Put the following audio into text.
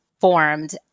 formed